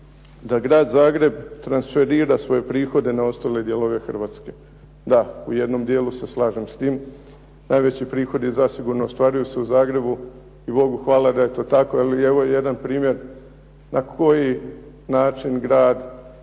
da grad Zagreb transferira svoje prihode na ostale dijelove Hrvatske. Da, u jednom dijelu se slažem s tim. Najveći prihodi zasigurno ostvaruju se u Zagrebu i bogu hvala da je to tako jer ovo je jedan primjer na koji način grad